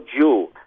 Jew